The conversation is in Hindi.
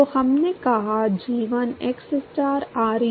तो हमने कहा g1 xstar ReL